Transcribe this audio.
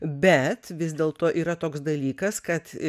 bet vis dėlto yra toks dalykas kad